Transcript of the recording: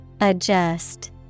Adjust